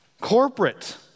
corporate